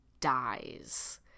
dies